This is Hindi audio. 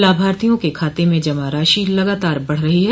लाभार्थियों के खाते में जमा राशि लगातार बढ़ रही है